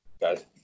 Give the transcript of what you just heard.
guys